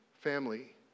family